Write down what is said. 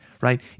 right